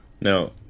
No